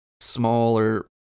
smaller